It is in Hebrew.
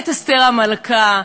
את אסתר המלכה,